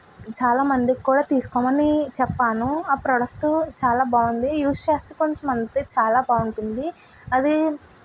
చాలా మందికి కూడా తీసుకోమని చెప్పాను ఆ ప్రోడక్టు చాలా బాగుంది యూస్ చేస్తే కొంచెం అంతే చాలా బాగుంటుంది అది